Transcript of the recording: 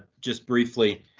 just briefly,